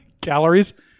calories